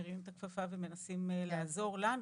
מרימים את הכפפה ומנסים לעזור לנו,